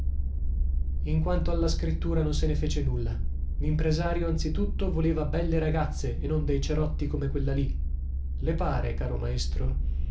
in quanto alla scrittura non se ne fece nulla limpresario anzitutto voleva belle ragazze e non dei cerotti come quella lì le pare caro maestro